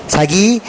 Sagi